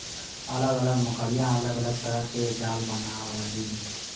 अलग अलग मकड़िया अलग अलग तरह के जाला बनावलीन